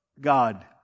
God